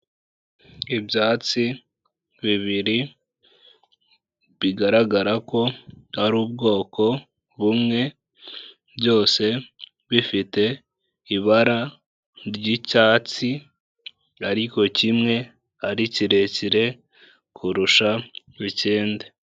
Ibyatsi bibiri, bigaragara ko ari ubwoko bumwe, byose bifite ibara ry'icyatsi ariko kimwe ari kirekire kurusha ikindi.